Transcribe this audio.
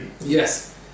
Yes